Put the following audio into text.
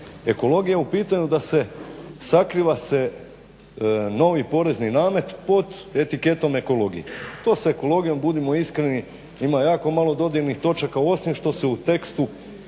ekologija u pitanju da se sakriva se novi porezni namet pod etiketom ekologije, to s ekologijom budimo iskreni ima jako malo dodirnih točaka, osim što se u tekstu